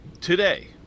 today